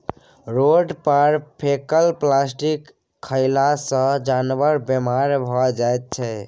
road पर फेकल plastic खएला सँ जानबर बेमार भए जाइ छै